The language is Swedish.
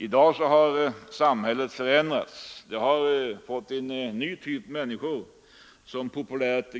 I dag har samhället förändrats. Vi har fått en ny typ av människor, som